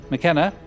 McKenna